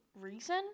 reason